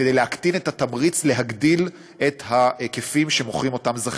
כדי להקטין את התמריץ להגדיל את ההיקפים שמוכרים אותם זכיינים.